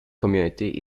community